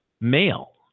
male